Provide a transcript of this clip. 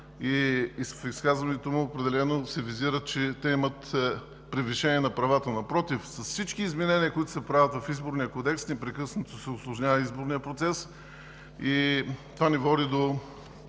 В изказването му определено се визира, че те имат превишение на правата. Напротив, с всички изменения, които се правят в Изборния кодекс, непрекъснато се усложнява изборният процес. Това не води до